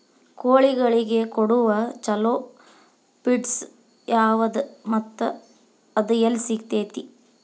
ಕೋಳಿಗಳಿಗೆ ಕೊಡುವ ಛಲೋ ಪಿಡ್ಸ್ ಯಾವದ ಮತ್ತ ಅದ ಎಲ್ಲಿ ಸಿಗತೇತಿ?